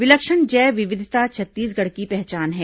विलक्षण जैव विविधता छत्तीसगढ़ की पहचान है